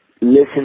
Listen